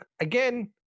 again